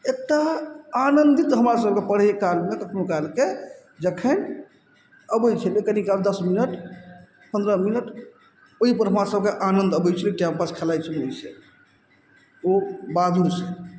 एत्तना आनन्दित हमरा सबके पढ़य कालमे कखनो कालकऽ जखन अबय छलय कनि काल दस मिनट पन्द्रह मिनट ओइपर हमरा सबके आनन्द अबय छलय टाइम पास खेलाइ छलियइ ओइसँ ओ बादुरसँ